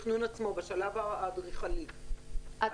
בשלב האדריכלי, בתכנון עצמו.